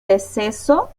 deceso